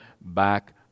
back